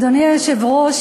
אדוני היושב-ראש,